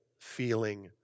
feeling